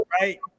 right